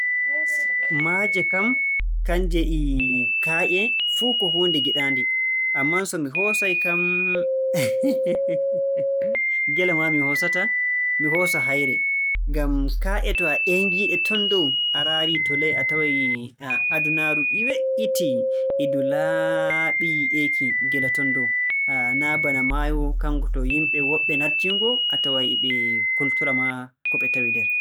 Maaje kam kannje e kaaƴe, fuu ko huunde giɗaande. Ammaa so mi hoosay kam, ngele maa mi hoosata. Mi hoosa hayre ngam kaaƴe to a ƴeengi-ɗe ton dow, a raari to ley a taway adunaaru e we"itii e ndu laaɓi yi'eeki gila ton dow. Naa bana maayo kanngo to yimɓe woɗɓe naatiingo a taway e ɓe kultora maa ko ɓe tawi nder.